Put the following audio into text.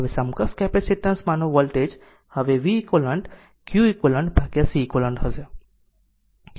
હવે સમકક્ષ કેપેસીટન્સ માંનો વોલ્ટેજ હવે v eq q eqCeq હશે